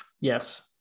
Yes